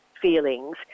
feelings